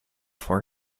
for